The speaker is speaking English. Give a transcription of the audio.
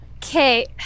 Okay